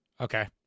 Okay